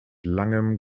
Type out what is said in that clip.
langem